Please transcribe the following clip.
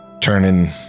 turning